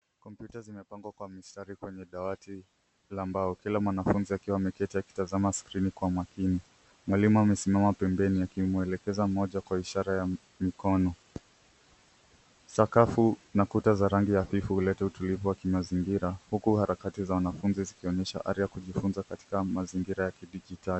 Kompyuta zimepangwa kwa mistari kwenye dawati la mbao, kila mwanafunzi akiwa ameketi akiwa anatazama skrini kwa umakini. Mwalimu amesimama pembeni akimwelekeza mmoja kwa ishara ya mkono. Sakafu na kuta za rangi hafifu huleta utulivu wa kimazingira, huku harakati za wanafunzi zikionyesha ari ya kujifunza katika mazingira ya kidijitali.